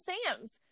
Sam's